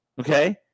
Okay